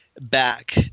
back